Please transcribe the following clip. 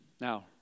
Now